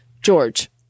George